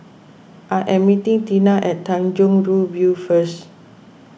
I am meeting Teena at Tanjong Rhu View first